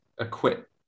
equip